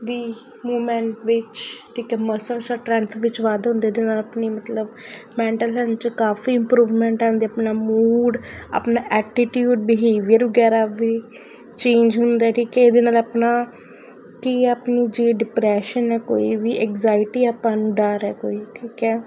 ਦੀ movement ਵਿੱਚ ਇੱਕ muscle strength ਵਿੱਚ ਵਾਧਾ ਹੁੰਦਾ ਇਹਦੇ ਨਾਲ ਆਪਣੀ ਮਤਲਬ ਮੈਂਟਲ ਹੈਲਥ 'ਚ ਕਾਫੀ ਇਮਪਰੂਵਮੈਂਟ ਆਉਂਦੀ ਆਪਣਾ ਮੂਡ ਆਪਣਾ ਐਟੀਟਿਊਡ ਬਿਹੇਵੀਅਰ ਵਗੈਰਾ ਵੀ ਚੇਂਜ ਹੁੰਦਾ ਠੀਕ ਹੈ ਇਹਦੇ ਨਾਲ ਆਪਣਾ ਕਿ ਆਪਣੀ ਜੇ ਡਿਪਰੈਸ਼ਨ ਹੈ ਕੋਈ ਵੀ ਐਗਜਾਇਟੀ ਆਪਾਂ ਨੂੰ ਡਰ ਹੈ ਕੋਈ ਠੀਕ ਹੈ